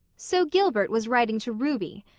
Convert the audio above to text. so gilbert was writing to ruby!